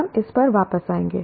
हम इस पर वापस आएंगे